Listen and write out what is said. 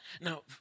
Now